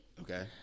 okay